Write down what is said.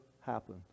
happen